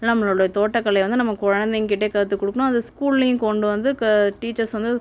நம்மளோட தோட்டக்கலையை வந்து நம்ம குழந்தைங்கக்கிட்டயே கற்றுக்குடுக்குணும் அது ஸ்கூல்லையும் கொண்டு வந்து க டீச்சர்ஸ் வந்து